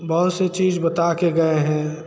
बहुत सी चीज़ बता के गए हैं